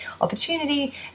opportunity